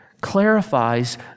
clarifies